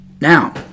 Now